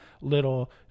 little